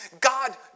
God